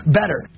better